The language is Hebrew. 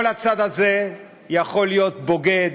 כל הצד הזה יכול להיות בוגד,